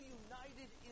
united